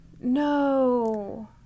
no